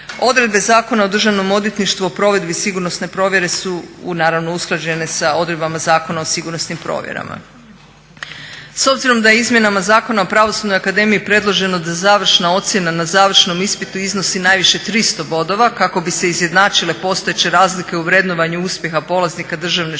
Odredbe Zakona o državnom odvjetništvu o provedbi sigurnosne provjere su naravno usklađene s odredbama Zakona o sigurnosnim provjerama. S obzirom da izmjenama Zakona o pravosudnoj akademiji predloženo da završna ocjena na završnom ispitu iznosi najviše 300 bodova kako bi se izjednačile postojeće razlike u vrednovanju uspjeha polaznika državne škole